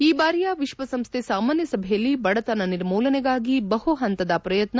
ಈ ಬಾರಿಯ ವಿಶ್ವಸಂಸ್ಥೆ ಸಾಮಾನ್ಯ ಸಭೆಯಲ್ಲಿ ಬಡತನ ನಿರ್ಮೂಲನೆಗಾಗಿ ಬಹುಹಂತದ ಪ್ರಯತ್ನ